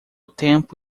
tempo